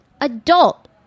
adult